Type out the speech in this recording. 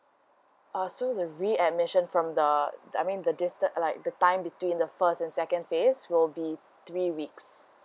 uh so the readmission from the I mean the dis~ like the time between the first and second phase will be three weeks